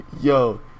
Yo